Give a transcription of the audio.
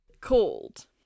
called